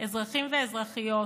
אזרחים ואזרחיות